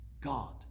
God